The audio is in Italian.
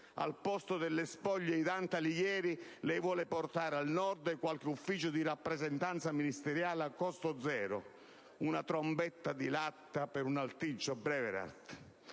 Al posto delle spoglie di Dante Alighieri lei vuole portare al Nord qualche ufficio di rappresentanza ministeriale a costo zero; una trombetta di latta per un alticcio Braveheart.